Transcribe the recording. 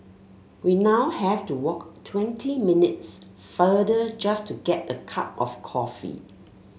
we now have to walk twenty minutes farther just to get a cup of coffee